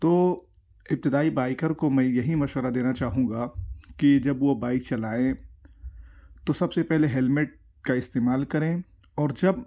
تو ابتدائی بائکر کو میں یہی مشورہ دینا چاہوں گا کہ جب وہ بائک چلائیں تو سب سے پہلے ہیلمٹ کا استعمال کریں اور جب